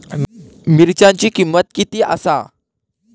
मिरच्यांची किंमत किती आसा?